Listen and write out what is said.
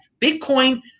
Bitcoin